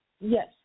Yes